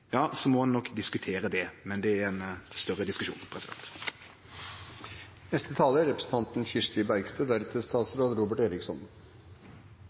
ja, så må ein nok diskutere det. Men det er ein større diskusjon.